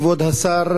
כבוד השר,